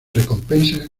recompensas